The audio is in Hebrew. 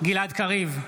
גלעד קריב,